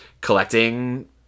collecting